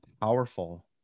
powerful